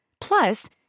Plus